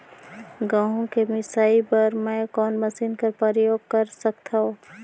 गहूं के मिसाई बर मै कोन मशीन कर प्रयोग कर सकधव?